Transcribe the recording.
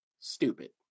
stupid